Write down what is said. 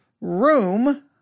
room